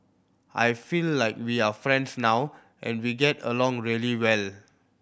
I feel like we are friends now and we get along really well